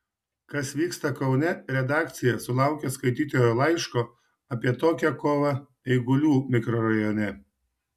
kas vyksta kaune redakcija sulaukė skaitytojo laiško apie tokią kovą eigulių mikrorajone